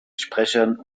sprechern